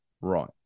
right